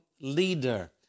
leader